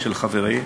של חברי,